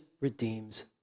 redeems